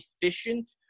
efficient